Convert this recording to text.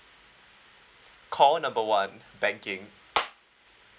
call number one banking